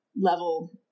level